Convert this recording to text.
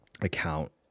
account